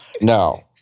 No